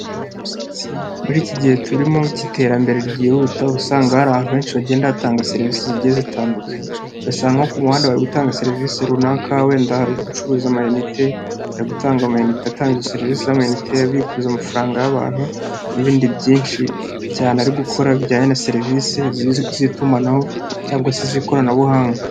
Muri iki gihe turimo cy'iterambere ryihuta uba usanga hari ahantu henshi hagenda hatanga serivise zigiye zitandukanye, ugasanga ku muhanda bari gutanga serivise runaka wenda hari gucuruza amayinite, ari gutanga amayinite atanga serivisi z'amayinite, abikuriza amafaranga y'abantu n'ibindi byinshi cyane ari gukora bijyanye na serivise z'itumanaho cyangwa se z'ikoranabuhanga.